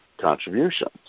contributions